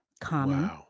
common